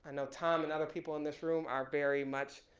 and know, tom and other people in this room are very much,